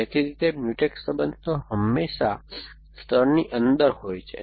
દેખીતી રીતે મ્યુટેક્સ સંબંધો હંમેશા સ્તરની અંદર હોય છે